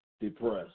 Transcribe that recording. depressed